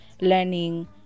learning